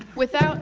without